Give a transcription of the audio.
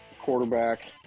quarterback